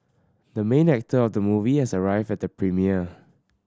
the main actor of the movie has arrived at the premiere